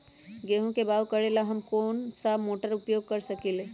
गेंहू के बाओ करेला हम कौन सा मोटर उपयोग कर सकींले?